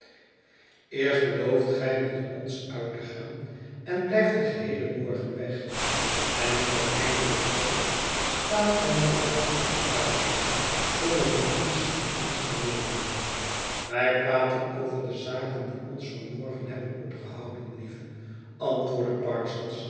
eerst belooft gij met ons uit te gaan en blijft den geheelen morgen weg en nu gij eindelijk komt n staat gij met elkander te fluisteren zonder notitie van ons te nemen wij praten over de zaken die ons van morgen hebben opgehouden lieve antwoordde